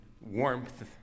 warmth